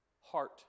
heart